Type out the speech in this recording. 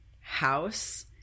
house